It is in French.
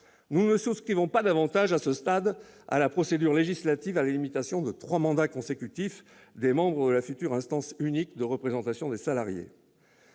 Nous ne souscrivons pas davantage, à ce stade de la procédure législative, à la limitation à trois du nombre de mandats consécutifs pour les membres de la future « instance unique » de représentation des salariés.